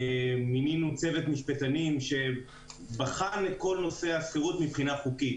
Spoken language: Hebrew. מינינו צוות משפטנים שבחן את כל נושא השכירות מבחינה חוקית.